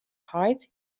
heit